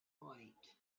point